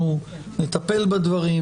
אנחנו נטפל בדברים,